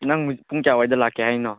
ꯅꯪ ꯄꯨꯡ ꯀꯌꯥ ꯑꯗꯨꯋꯥꯏꯗ ꯂꯥꯛꯀꯦ ꯍꯥꯏꯅꯣ